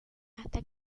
hasta